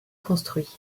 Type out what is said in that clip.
construits